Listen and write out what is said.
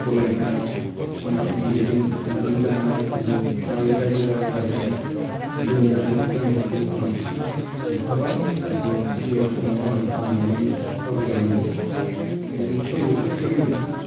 सलायबोनाय समाजजों दैदेनजानाय आरो रायजो राजाजों दोनजानाय बिबानफोरखौ आं खिन्थाबाय सिगां समाव आङो गामियावनो गावबुरा मोनदों सय बोसोर सोलिदों